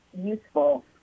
useful